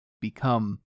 become